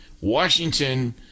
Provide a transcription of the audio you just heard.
Washington